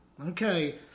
Okay